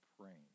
praying